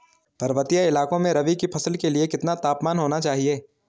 पर्वतीय इलाकों में रबी की फसल के लिए कितना तापमान होना चाहिए?